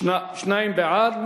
שניים בעד.